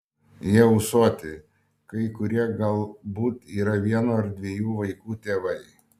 jie ūsuoti kai kurie galbūt yra vieno ar dviejų vaikų tėvai